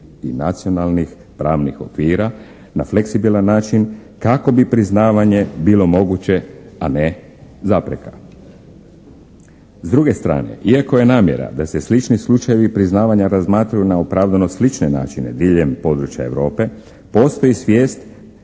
i nacionalnih pravnih okvira na fleksibilan način kako bi priznavanje bilo moguće, a ne zapreka. S druge strane iako je namjera da se slični slučajevi priznavanja razmatraju neopravdano slične načine diljem područja Europe, postoji svijest